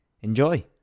Enjoy